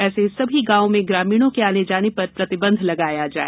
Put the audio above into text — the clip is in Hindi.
ऐसे सभी गाँवों में ग्रामीणों के आने जाने पर प्रतिबंध लगाया जाए